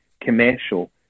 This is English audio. commercial